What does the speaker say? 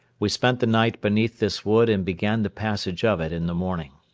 we spent the night beneath this wood and began the passage of it in the morning.